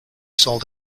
sold